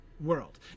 world